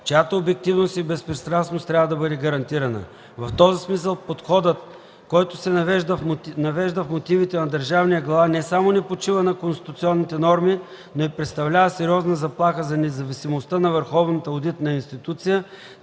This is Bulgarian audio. чиято обективност и безпристрастност трябва да бъде гарантирана. В този смисъл подходът, който се навежда в мотивите на държавния глава, не само не почива на конституционните норми, но и представлява сериозна заплаха за независимостта на